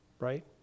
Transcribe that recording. Right